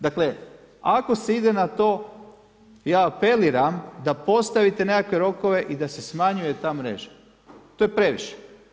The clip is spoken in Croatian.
Dakle, ako se ide na to, ja apeliram, da postavite nekakve rokove i da se smanjuje ta mreža, to je previše.